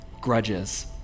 grudges